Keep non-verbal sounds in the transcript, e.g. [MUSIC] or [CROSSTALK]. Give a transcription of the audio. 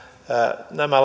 nämä [UNINTELLIGIBLE]